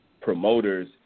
promoters